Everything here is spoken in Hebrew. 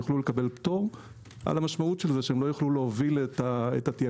יוכלו לקבל פטור על המשמעות של זה שלא יוכלו להוביל את התאגוד.